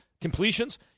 completions